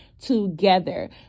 together